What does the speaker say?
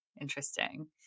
interesting